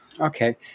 Okay